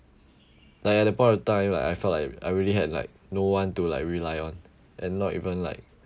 like at that point of time I felt like I really had like no one to like rely on and not even like